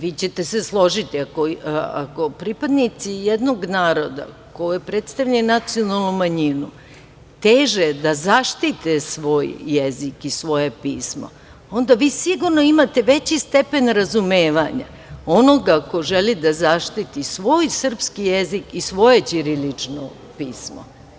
Vi ćete se složiti, ako pripadnici jednog naroda koji predstavljaju nacionalnu manjinu teže da zaštite svoj jezik i pismo, onda vi sigurno imate veći stepen razumevanja onoga ko želi da zaštiti svoj srpski jezik i svoje ćirilično pismo.